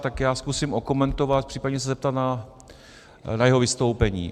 Tak já zkusím okomentovat, případně se zeptat na jeho vystoupení.